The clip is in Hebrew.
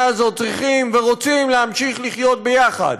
הזאת צריכים ורוצים להמשיך לחיות יחד,